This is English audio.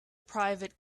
private